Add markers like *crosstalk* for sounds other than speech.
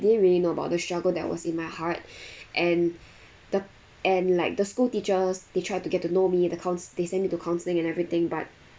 didn't really know about the struggle that was in my heart *breath* and the and like the school teachers they tried to get to know me the counc~ they sent me to counselling and everything but